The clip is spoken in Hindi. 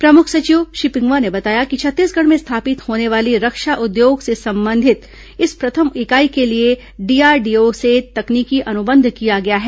प्रमुख सचिव श्री पिंगुआ ने बताया कि छत्तीसगढ़ में स्थापित होने वाली रक्षा उद्योग से संबंधित इस प्रथम इकाई के लिए डीआरडीओ से तकनीकी अनुबंध किया गया है